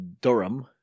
Durham